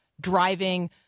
driving